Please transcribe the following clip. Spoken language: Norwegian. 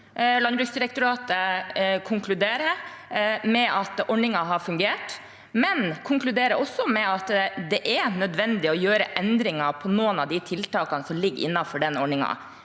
Landbruksdirektoratet konkluderer med at ordningen har fungert, men konkluderer også med at det er nødvendig å gjøre endringer på noen av de tiltakene som ligger innenfor den ordningen.